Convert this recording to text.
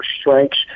strengths